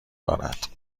دارد